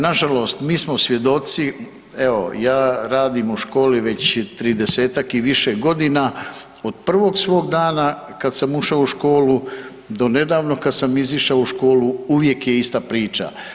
Nažalost mi smo svjedoci, evo, ja radim u školi već 30-tak i više godina, od prvog svog dana kad sam ušao u školu, do nedavno kad izišao u školu, uvijek je ista priča.